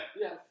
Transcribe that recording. Yes